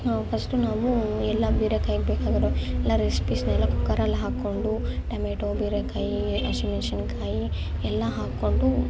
first ನಾವು ಎಲ್ಲ ಹೀರೆಕಾಯಿಗೆ ಬೇಕಾಗಿರೊ ಎಲ್ಲ ರೆಸಿಪೀಸ್ನೆಲ್ಲ ಕುಕ್ಕರಲ್ಲಿ ಹಾಕೊಂಡು ಟೆಮೆಟೊ ಹೀರೆಕಾಯಿ ಹಸಿಮೆಣ್ಸಿನ್ಕಾಯಿ ಎಲ್ಲ ಹಾಕೊಂಡು